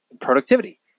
productivity